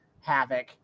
havoc